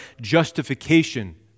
justification